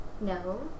No